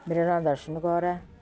ਮੇਰਾ ਨਾਮ ਦਰਸ਼ਨ ਕੌਰ ਹੈ